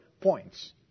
points